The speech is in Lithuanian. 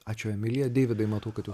ačiū emilija deividai matau kad